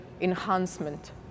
enhancement